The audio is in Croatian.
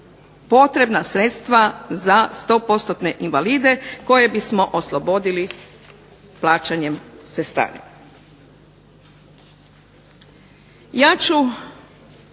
potrebna sredstva za 100%-ne invalide koje bismo oslobodili plaćanjem cestarine.